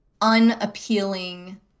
unappealing